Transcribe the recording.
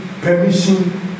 permission